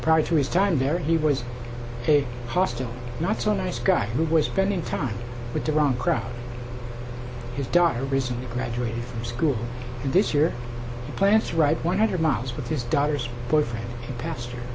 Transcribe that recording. prior to his time there he was a hostile not so nice guy who has been in touch with the wrong crowd his daughter recently graduated from school and this year plants ride one hundred miles with his daughter's boyfriend pastor